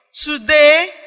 today